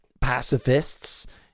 pacifists